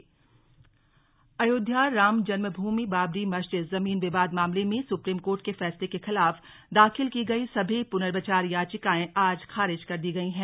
supreme Court Ayodhya Ayodhya Ram जन्मभूमि बाबरी मस्जिद जमीन विवाद मामले में सुप्रीम कोर्ट के फैसले के खिलाफ दाखिल की गईं सभी पुनर्विचार याचिकाएं आज खारिज कर दी गईं हैं